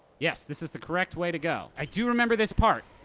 yes, this is the correct way to go. i do remember this part.